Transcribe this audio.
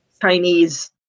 Chinese